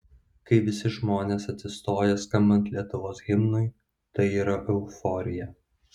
kai visi žmonės atsistoja skambant lietuvos himnui tai yra euforija